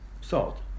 Salt